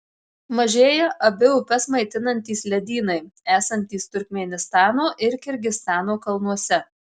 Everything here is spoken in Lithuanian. mažėja abi upes maitinantys ledynai esantys turkmėnistano ir kirgizstano kalnuose